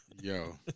Yo